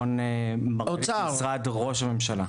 רון מרגלית, ממשרד ראש הממשלה.